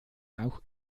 auch